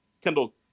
Kendall